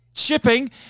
shipping